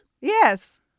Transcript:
Yes